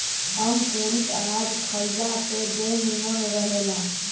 अंकुरित अनाज खइला से देह निमन रहेला